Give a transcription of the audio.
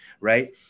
Right